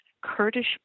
Kurdish